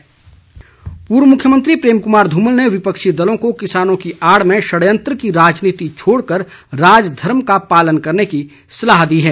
धुमल पूर्व मुख्यमंत्री प्रेम कुमार धूमल ने विपक्षी दलों को किसानों की आड़ में षड़यंत्र की राजनीति छोड़कर राजधर्म का पालन करने की सलाह दी है